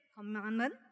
Commandment